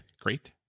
Great